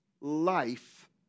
life